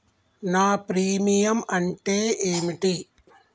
నా ప్రీమియం అంటే ఏమిటి?